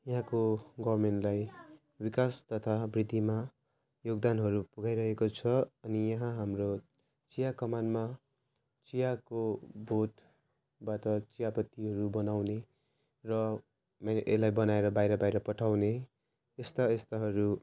यहाँको गभर्नमेन्टलाई विकास तथा वृद्धिमा योगदानहरू पुगाइरहेको छ अनि यहाँ हाम्रो चिया कमानमा चियाको बोटबाट चियापत्तीहरू बनाउने र मैले यसलाई बनाएर बाहिर बाहिर पठाउने यस्ता यस्ताहरू